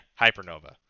Hypernova